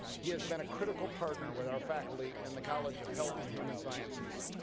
he has been a critical partner with our faculty in the college of health and human sciences.